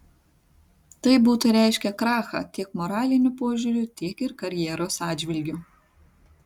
tai būtų reiškę krachą tiek moraliniu požiūriu tiek ir karjeros atžvilgiu